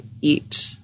eat